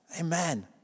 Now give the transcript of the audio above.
Amen